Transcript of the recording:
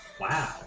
Wow